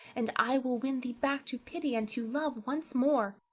and i will win thee back to pity and to love once more.